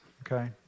okay